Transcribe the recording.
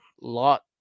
Lot